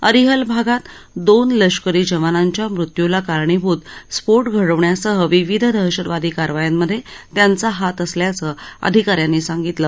अरिहल भागात दोन लष्करी जवानांच्या मृत्युला कारणीभूत स्फो घडवण्यासह विविध दहशतवादी कारवायांमधे त्यांचा हात असल्याचं अधिकाऱ्यांनी सांगितलं